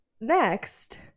Next